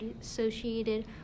associated